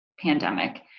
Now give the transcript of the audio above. pandemic